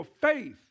faith